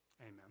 Amen